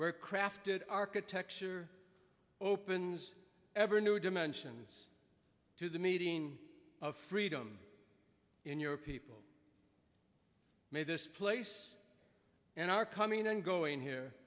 where crafted architecture opens ever new dimensions to the meeting of freedom in your people made this place and are coming and going here